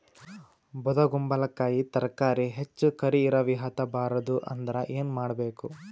ಬೊದಕುಂಬಲಕಾಯಿ ತರಕಾರಿ ಹೆಚ್ಚ ಕರಿ ಇರವಿಹತ ಬಾರದು ಅಂದರ ಏನ ಮಾಡಬೇಕು?